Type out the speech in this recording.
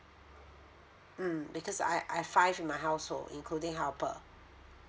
mm because I I have five in my household including helper